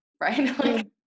right